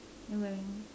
ya wearing